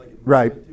Right